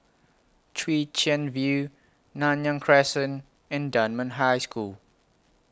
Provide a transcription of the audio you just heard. Chwee Chian View Nanyang Crescent and Dunman High School